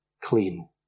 clean